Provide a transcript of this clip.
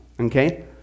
Okay